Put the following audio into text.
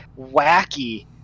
wacky